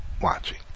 watching